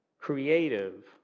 creative